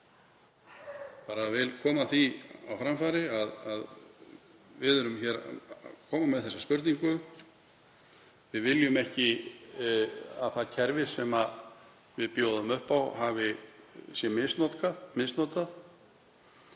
ekki. Ég vil koma því á framfæri að við erum að koma með þessa spurningu. Við viljum ekki að það kerfi sem við bjóðum upp á sé misnotað.